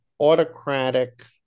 autocratic